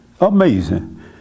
Amazing